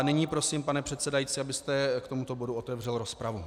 Nyní prosím, pane předsedající, abyste k tomuto bodu otevřel rozpravu.